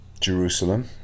Jerusalem